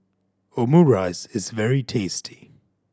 omurice is very tasty